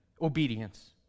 obedience